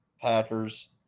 Packers